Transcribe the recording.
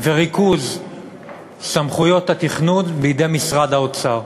וריכוז סמכויות התכנון בידי משרד האוצר.